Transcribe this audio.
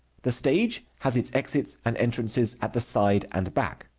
the stage has its exits and entrances at the side and back.